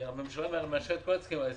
הממשלה מאשרת את כל ההסכמים הקואליציוניים,